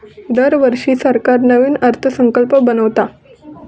दरवर्षी सरकार नवीन अर्थसंकल्प बनवता